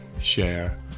share